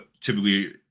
typically